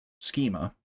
schema